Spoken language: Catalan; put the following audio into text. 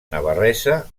navarresa